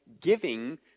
giving